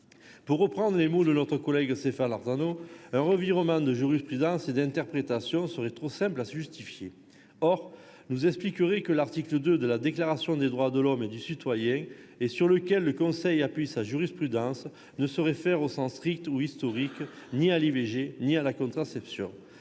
Pour reprendre les mots de notre collègue Stéphane Artano, un revirement de jurisprudence et d'interprétation serait trop simple à justifier : on nous expliquerait que l'article II de la Déclaration des droits de l'homme et du citoyen, sur lequel le Conseil appuie sa jurisprudence, ne se réfère, au sens strict comme au sens historique, ni à l'IVG ni à la contraception.